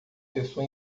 pessoa